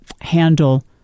handle